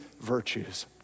virtues